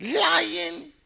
lying